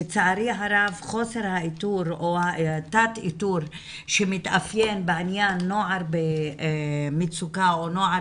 לצערי הרב תת איתור שמתאפיין בעניין נוער במצוקה או נוער